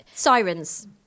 Sirens